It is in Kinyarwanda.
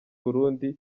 burundi